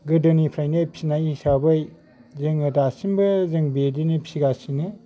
गोदोनिफ्रायनो फिनाय हिसाबै जोङो दासिमबो जों बिदिनो फिगासिनो